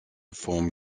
form